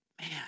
man